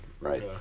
right